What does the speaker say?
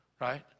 Right